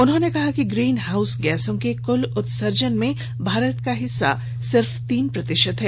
उन्होंने कहा कि ग्रीन हाउस गैसों के कुल उत्सर्जन में भारत का हिस्सा सिर्फ तीन प्रतिशत है